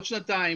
עוד שנתיים,